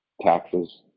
taxes